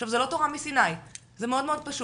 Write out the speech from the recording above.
עכשיו, זה לא תורה מסיני, זה מאוד מאוד פשוט,